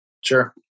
Sure